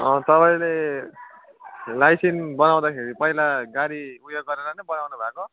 तपाईँले लाइसेन्स बनाउँदाखेरि पहिला गाडी उयो गरेर नै बनाउनु भएको